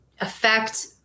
affect